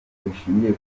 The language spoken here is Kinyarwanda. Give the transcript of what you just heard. rishingiye